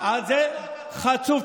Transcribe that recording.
חצוף,